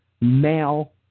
male